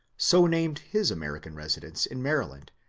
so named his american residence in maryland,